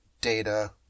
data